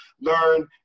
learn